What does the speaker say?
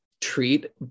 treat